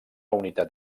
unitat